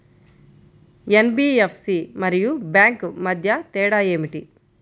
NBFC మరియు bank మధ్య తేడా ఏమిటి?